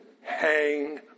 hang